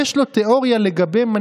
יש להם זכות וטו,